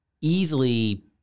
easily